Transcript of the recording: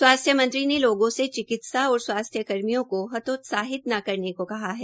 स्वासथ्य मंत्री ने लोगों से चिकित्सा और स्वास्थ्य कर्मियों को हतोत्सिाहित न करने को कहा है